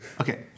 Okay